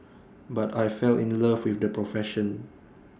but I fell in love with the profession